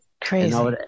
Crazy